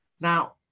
now